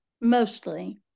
Mostly